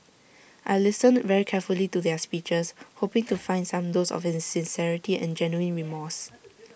I listened very carefully to their speeches hoping to find some dose of sincerity and genuine remorse